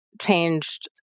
changed